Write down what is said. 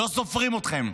לא סופרים אתכם,